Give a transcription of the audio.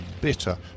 bitter